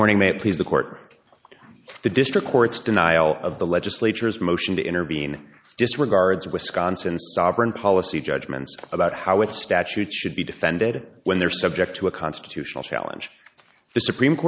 morning may it please the court the district court's denial of the legislature's motion to intervene disregards wisconsin sovereign policy judgments about how it statute should be defended when they're subject to a constitutional challenge the supreme